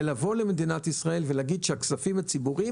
ולבוא למדינת ישראל ולהגיד שהכספים הציבוריים